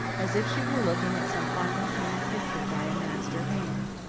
as if she were looking at some finely painted picture by a master hand.